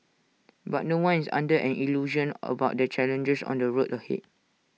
but no one is under an illusion about the challenges on the road ahead